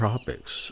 Tropics